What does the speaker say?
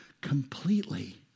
completely